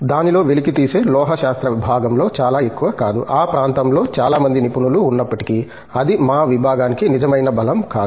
దానిలో వెలికితీసే లోహశాస్త్ర భాగంలో చాలా ఎక్కువ కాదు ఆ ప్రాంతంలో చాలా మంది నిపుణులు ఉన్నప్పటికీ అది మా విభాగానికి నిజమైన బలం కాదు